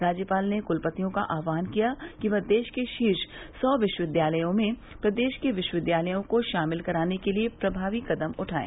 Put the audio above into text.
राज्यपाल ने कुलपतियों का आहवान किया कि वह देश के शीर्ष सौ विश्वविद्यालयों में प्रदेश के विश्वविद्यालयों को शामिल कराने के लिए प्रभावी कदम उठायें